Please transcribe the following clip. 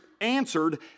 answered